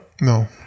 No